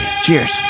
Cheers